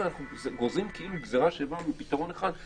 אנחנו גוזרים כאילו גזירה שווה מפתרון אחד.